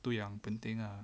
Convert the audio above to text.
tu yang penting ah